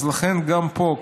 אז לכן, גם פה,